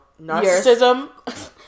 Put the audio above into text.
narcissism